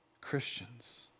Christians